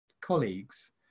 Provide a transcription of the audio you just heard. colleagues